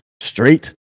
straight